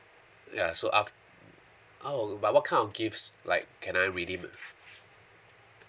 ya so aft~ oh but what kind of gifts like can I redeem ah